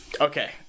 Okay